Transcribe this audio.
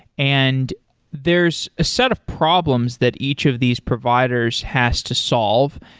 and there's a set of problems that each of these providers has to solve.